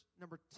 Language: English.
number